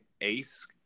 ACE